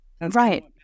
Right